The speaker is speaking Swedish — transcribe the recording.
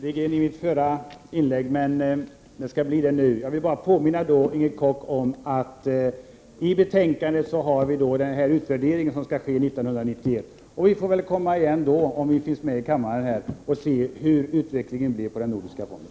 Fru talman! Jag vill bara påminna Inger Koch om att i betänkandet nämns den utvärdering som skall genomföras 1991. Vi får väl komma igen, om vi finns med i kammaren, och se hur utvecklingen blev med den nordiska fonden.